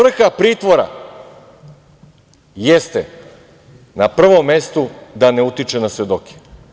Jer, svrha pritvora jeste na prvom mestu da ne utiče na svedoke.